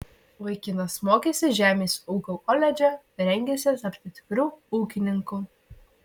vaikinas mokėsi žemės ūkio koledže rengėsi tapti tikru ūkininku